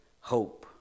hope